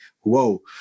whoa